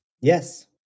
Yes